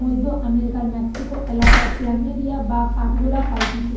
মধ্য আমেরিকার মেক্সিকো এলাকায় প্ল্যামেরিয়া বা কাঠগোলাপ পাইতিছে